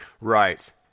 Right